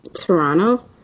Toronto